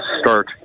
start